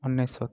ଅନେଶତ